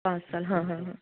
हाँ सर हाँ हाँ हाँ